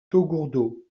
taugourdeau